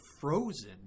frozen